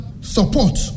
support